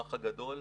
האח הגדול,